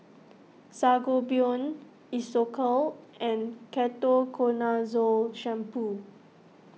Sangobion Isocal and Ketoconazole Shampoo